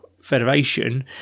federation